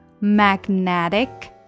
magnetic